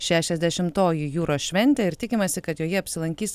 šešiasdešimtoji jūros šventė ir tikimasi kad joje apsilankys